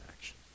action